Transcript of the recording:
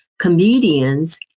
comedians